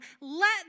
let